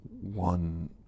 one